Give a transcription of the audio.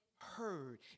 Heard